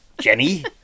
Jenny